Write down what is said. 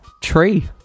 tree